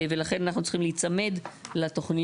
ולכן אנחנו צריכים להיצמד לתוכניות,